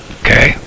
okay